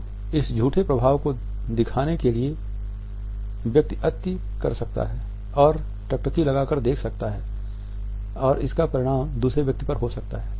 तो इस झूठे प्रभाव को दिखाने के लिए व्यक्ति अति कर सकता है और टकटकी लगा कर देख सकता है और इसका परिणाम दूसरे व्यक्ति पर हो सकता है